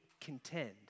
contend